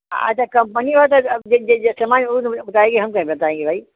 अच्छा कंपनी होत जब जैसे जैसे सामान उमान हम कहे बताएँगे भाई